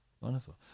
Wonderful